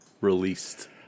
released